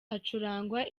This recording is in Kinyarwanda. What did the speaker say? hacurangwa